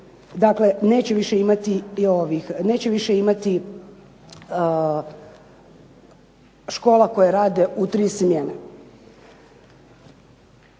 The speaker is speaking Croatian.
ovih, neće više imati škola koje rade u tri smjene.